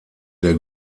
der